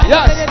Yes